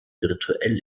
virtuell